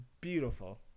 beautiful